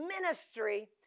ministry